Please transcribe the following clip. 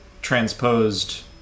transposed